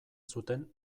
zuten